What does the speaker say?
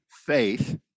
faith